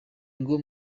ngo